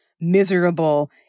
miserable